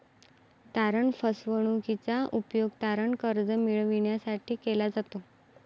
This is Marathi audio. तारण फसवणूकीचा उपयोग तारण कर्ज मिळविण्यासाठी केला जातो